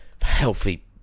healthy